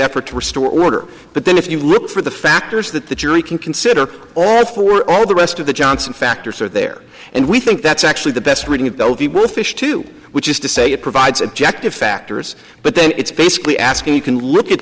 effort to restore order but then if you look for the factors that the jury can consider all four all the rest of the johnson factors are there and we think that's actually the best reading of the fish too which is to say it provides objective factors but then it's basically asking you can look at